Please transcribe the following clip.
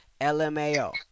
LMAO